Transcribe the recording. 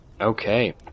Okay